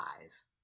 eyes